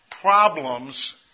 problems